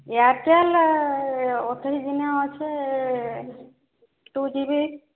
Airtel ଅଠେଇଶ ଦିନରେ ଅଛେ ଟୁ ଜିବି